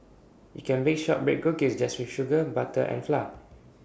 you can bake Shortbread Cookies just with sugar butter and flour